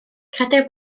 credir